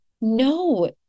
no